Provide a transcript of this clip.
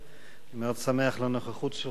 אני מאוד שמח על הנוכחות שלך כאן,